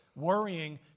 Worrying